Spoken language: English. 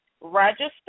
register